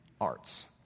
arts